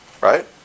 Right